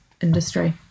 industry